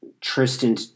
Tristan